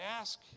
ask